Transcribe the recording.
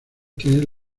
tienen